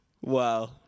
Wow